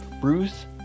bruce